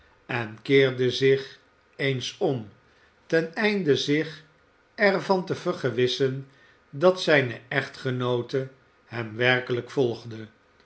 en keerde zich eens om ten einde zich er van te vergewissen dat zijne echtgenoote hem werkelijk volgde